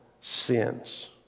sins